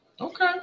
Okay